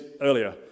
earlier